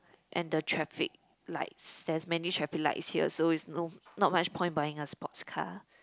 and the traffic lights there's many traffic lights here so is no not much point buying a sports car